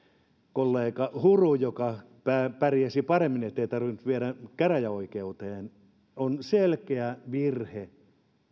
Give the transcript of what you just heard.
kollega huru pärjäsi paremmin ettei tarvinnut viedä käräjäoikeuteen joutuu maksamaan todistaakseen sen että on selkeä virhe